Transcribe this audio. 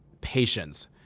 patience